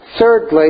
Thirdly